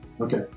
Okay